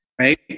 Right